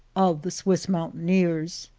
of the swiss moun taineers.